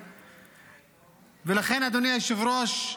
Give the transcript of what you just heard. ולכן, אדוני היושב-ראש,